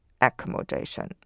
accommodation